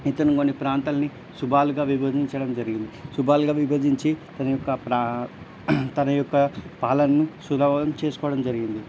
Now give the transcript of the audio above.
ఇతను కొన్ని ప్రాంతాలని సుభాలుగా విభజించడం జరిగింది సుభాలుగా విభజించి తన యొక్క ప్రా తన యొక్క పాలనను సులభం చేసుకోవడం జరిగింది